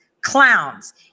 clowns